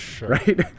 right